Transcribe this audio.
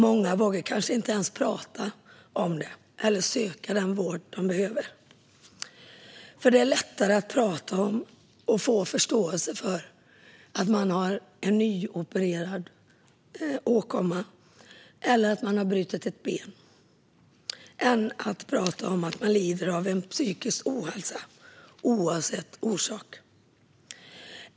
Många vågar kanske inte ens prata om det eller söka den vård de behöver, för det är lättare att prata om och få förståelse för en nyopererad åkomma eller ett brutet ben än att prata om att man lider av en psykisk ohälsa, oavsett orsak.